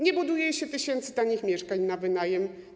Nie buduje się tysięcy tanich mieszkań na wynajem.